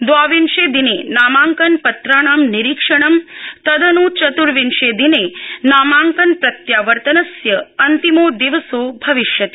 दवाविंशे दिने नामांकनपत्राणां निरीक्षणं तदन् चत्र्विशेदिने नामांकन प्रत्यवर्तनस्य अन्तिमो दिवसो अविष्यति